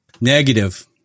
Negative